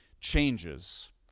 changes